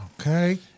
Okay